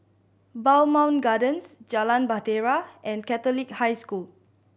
Bowmont Gardens Jalan Bahtera and Catholic High School